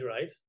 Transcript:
right